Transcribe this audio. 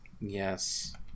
Yes